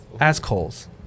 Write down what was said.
Assholes